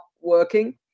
working